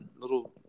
little